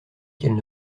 qu’elle